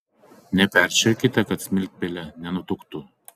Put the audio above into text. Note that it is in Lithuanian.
neperšerkite kad smiltpelė nenutuktų